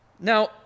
Now